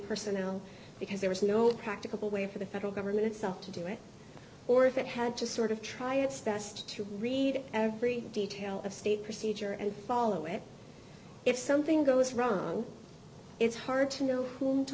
personnel because there was no practical way for the federal government itself to do it or if it had just sort of try it's best to read every detail of state procedure and follow it if something goes wrong it's hard to know whom to